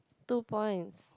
two points